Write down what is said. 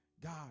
God